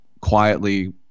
quietly